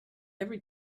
every